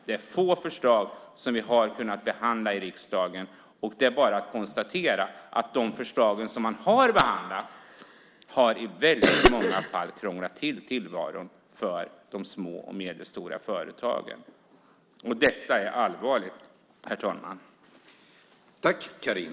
Det är få förslag som vi har kunnat behandla i riksdagen, och det är bara att konstatera att de förslag som man har behandlat i många fall har krånglat till tillvaron för de små och medelstora företagen. Detta är allvarligt, herr talman.